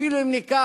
אפילו אם ניקח